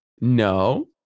No